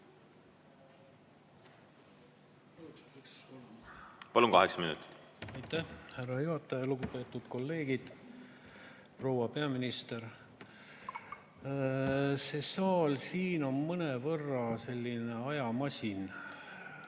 Palun, kaheksa minutit. Aitäh, härra juhataja! Lugupeetud kolleegid! Proua peaminister! See saal siin on mõnevõrra selline ajamasin.